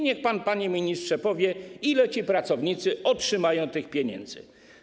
Niech pan, panie ministrze, powie, ile ci pracownicy otrzymają tych pieniędzy.